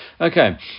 Okay